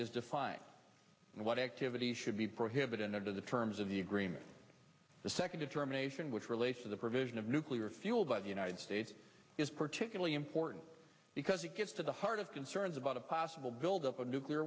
is defined and what activities should be prohibited under the terms of the agreement the second determination which relates to the provision of nuclear fuel by the united states is particularly important because it gets to the heart of concerns about a possible build up of nuclear